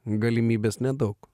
galimybės nedaug